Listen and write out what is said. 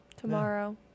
tomorrow